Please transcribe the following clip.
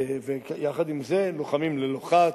יחד עם זה, לוחמים ללא חת,